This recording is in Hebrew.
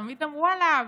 תמיד אמרו עליו: